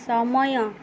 ସମୟ